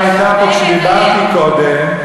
לא הייתה פה כשדיברתי קודם,